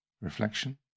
reflection